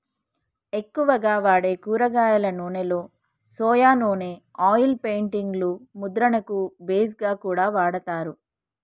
ఎక్కువగా వాడే కూరగాయల నూనెలో సొయా నూనె ఆయిల్ పెయింట్ లు ముద్రణకు బేస్ గా కూడా వాడతారు